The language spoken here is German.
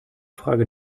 frage